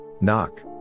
Knock